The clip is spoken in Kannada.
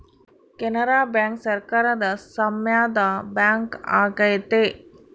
ಕೆನರಾ ಬ್ಯಾಂಕ್ ಸರಕಾರದ ಸಾಮ್ಯದ ಬ್ಯಾಂಕ್ ಆಗೈತೆ